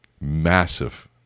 Massive